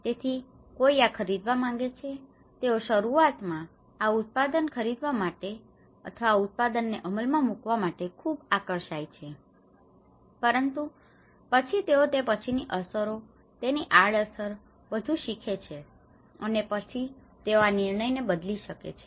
તેથી કોઈ આ ખરીદવા માંગે છે તેઓ શરૂઆતમાં આ ઉત્પાદન ખરીદવા માટે અથવા આ ઉત્પાદનને અમલમાં મૂકવા માટે ખૂબ આકર્ષાય છે પરંતુ પછી તેઓ તે પછીની અસરો તેની આડઅસર બધું શીખે છે અને પછી તેઓ આ નિર્ણય ને બદલી શકે છે